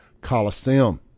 Coliseum